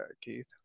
Keith